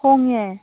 ꯍꯣꯡꯉꯦ